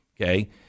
okay